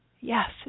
Yes